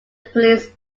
police